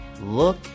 Look